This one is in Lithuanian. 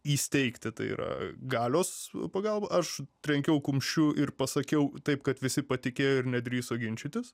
įsteigti tai yra galios pagalba aš trenkiau kumščiu ir pasakiau taip kad visi patikėjo ir nedrįso ginčytis